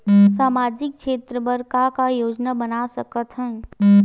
सामाजिक क्षेत्र बर का का योजना बना सकत हन?